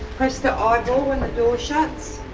press the um door the door shuts.